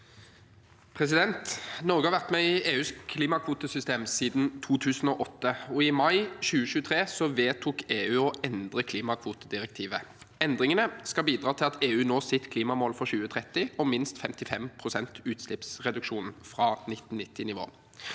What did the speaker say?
Nor- ge har vært med i EUs klimakvotesystem siden 2008. I mai 2023 vedtok EU å endre klimakvotedirektivet. Endringene skal bidra til at EU når sitt klimamål for 2030 om minst 55 pst. utslippsreduksjon fra 1990-nivå.